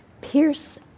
pierce